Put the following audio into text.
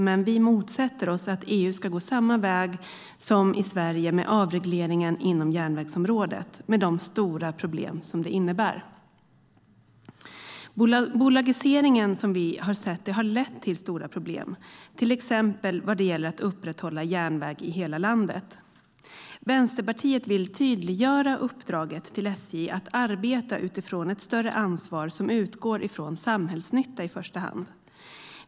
Men vi motsätter oss att EU ska gå samma väg som Sverige med avreglering inom järnvägsområdet, med de stora problem som det innebär. Den bolagisering som vi har sett har lett till stora problem, till exempel vad gäller att upprätthålla järnväg i hela landet. Vänsterpartiet vill tydliggöra uppdraget till SJ, att de ska arbeta utifrån ett större ansvar som utgår från i första hand samhällsnytta.